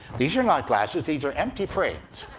these are not glasses, these are empty frames.